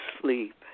sleep